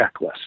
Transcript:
checklist